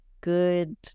good